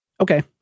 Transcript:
Okay